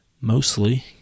mostly